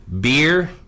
Beer